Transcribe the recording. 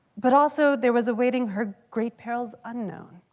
but also there was awaiting her great perils unknown,